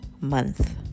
month